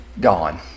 gone